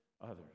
others